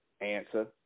Answer